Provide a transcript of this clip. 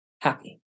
happy